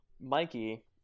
Mikey